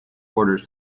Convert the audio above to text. orders